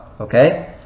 Okay